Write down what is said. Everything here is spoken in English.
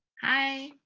hi.